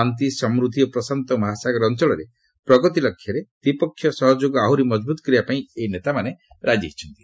ଶାନ୍ତି ସମୃଦ୍ଧି ଓ ପ୍ରଶାନ୍ତ ମହାସାଗର ଅଞ୍ଚଳରେ ପ୍ରଗତି ଲକ୍ଷ୍ୟରେ ଦ୍ୱିପକ୍ଷୀୟ ସହଯୋଗକୁ ଆହୁରି ମଜବୁତ କରିବା ପାଇଁ ଏହି ନେତାମାନେ ରାଜି ହୋଇଛନ୍ତି